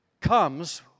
comes